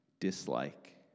dislike